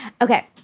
Okay